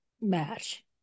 match